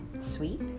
sweep